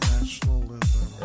Nationalism